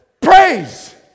praise